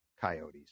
Coyotes